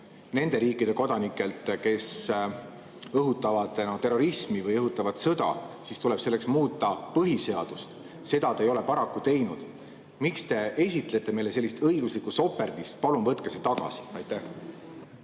nende riikide kodanikelt, kes õhutavad terrorismi või sõda, siis tuleb selleks muuta põhiseadust. Seda te ei ole paraku teinud. Miks te esitlete meile sellist õiguslikku soperdist? Palun võtke see tagasi! Aitäh,